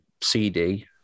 CD